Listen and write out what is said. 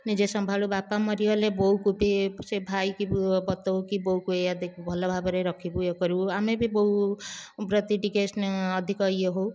ନିଜେ ସମ୍ଭାଳୁ ବାପା ମରିଗଲେ ବୋଉକୁ ବି ସିଏ ଭାଇକୁ ବି ପ ବତାଉ କି ବୋଉକୁ ଏଇଆ ଦେଖ ଭଲ ଭାବରେ ରଖିବୁ ଏଇ କରିବୁ ଆମେ ବି ବୋଉ ପ୍ରତି ଟିକିଏ ସ୍ନେହ ଅଧିକ ଇଏ ହଉ